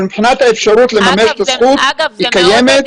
מבחינת האפשרות לממש את הזכות, היא קיימת.